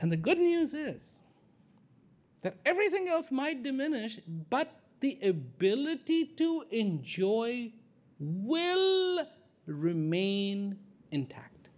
and the good news is that everything else might diminish but the ability to enjoy will remain intact